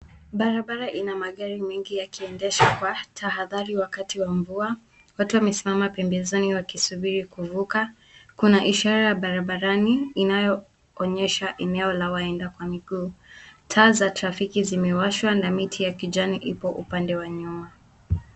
Barabara ina magari mengi yakiendeshwa kwa tahadhari wakati wa mvua. Watu wamesimama pembezoni wakisubiri kuvuka. Kuna ishara ya barabarani inayoonyesha eneo la waenda kwa miguu. Taa za trafiki zimewashwa na miti ya kijani ipo upande wa nyuma.